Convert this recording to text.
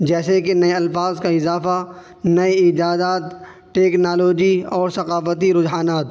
جیسے کہ نئے الفاظ کا اضافہ نئے ایجادات ٹیکنالوجی اور ثقافتی رجحانات